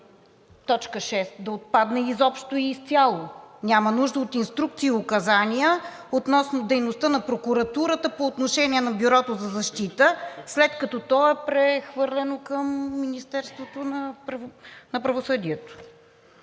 т. 6 да отпадне изобщо и изцяло. Няма нужда от инструкции и указания относно дейността на прокуратурата по отношение на Бюрото за защита, след като то е прехвърлено към Министерството на правосъдието.